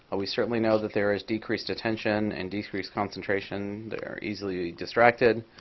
we certainly know that there is decreased attention and decreased concentration. they're easily distracted.